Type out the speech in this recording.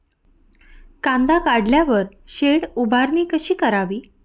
कांदा काढल्यावर शेड उभारणी कशी करावी?